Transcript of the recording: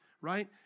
right